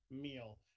meal